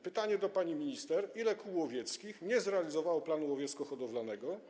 Pytanie do pani minister: Ile kół łowieckich nie zrealizowało planu łowiecko-hodowlanego.